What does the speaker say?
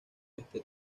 oeste